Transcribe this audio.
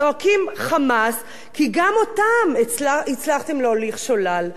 זועקים חמס כי גם אותם הצלחתם להוליך שולל.